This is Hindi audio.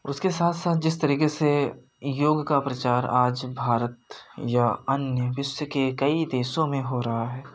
उसके साथ साथ जिस तरीके से योग का प्रचार आज भारत या अन्य विश्व के कई देशों में हो रहा है